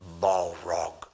balrog